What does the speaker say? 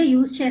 use